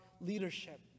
leadership